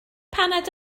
paned